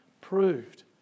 proved